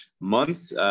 months